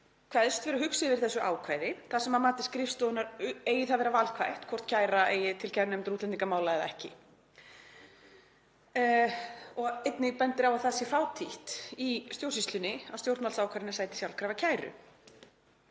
kveðst vera hugsi yfir þessu ákvæði þar sem að mati skrifstofunnar eigi það að vera valkvætt hvort kæra eigi til kærunefndar útlendingamála eða ekki. Einnig bendir hún á að það sé fátítt í stjórnsýslunni að stjórnvaldsákvarðanir sæti sjálfkrafa kæru.